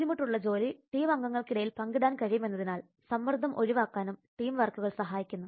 ബുദ്ധിമുട്ടുള്ള ജോലി ടീം അംഗങ്ങൾക്കിടയിൽ പങ്കിടാൻ കഴിയുമെന്നതിനാൽ സമ്മർദ്ദം ഒഴിവാക്കാനും ടീം വർക്കുകൾ സഹായിക്കുന്നു